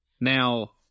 Now